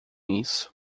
isso